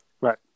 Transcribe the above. Right